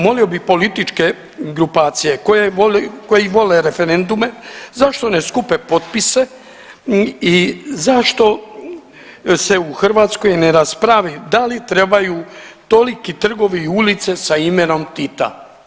Molio bi političke grupacije koji vole referendume, zašto ne skupe potpise i zašto se u Hrvatskoj ne raspravi, da li trebaju toliki trgovi i ulice sa imenom Tita.